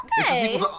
Okay